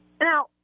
Now